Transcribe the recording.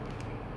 you know